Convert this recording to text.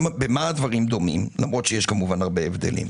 במה הדברים דומים, למרות שיש כמובן הרבה הבדלים?